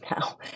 now